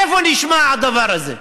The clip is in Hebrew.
איפה נשמע כדבר הזה?